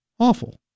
awful